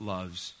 Loves